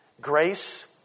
Grace